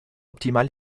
optimal